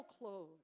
clothes